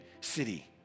city